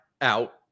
out